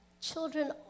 children